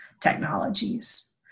technologies